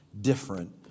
different